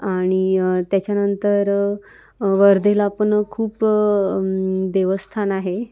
आणि त्याच्यानंतर वर्धेला पण खूप देवस्थान आहे